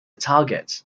target